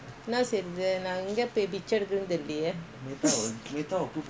என்னசெய்யறது:enna seiyarathu